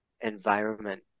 environment